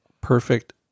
perfect